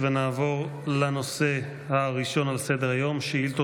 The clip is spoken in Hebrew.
נעבור לנושא הראשון על סדר-היום, שאילתות